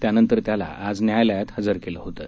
त्यानंतर त्याला आज न्यायालयात हजर केलं होतं